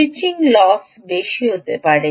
switching loss বেশি হতে পারে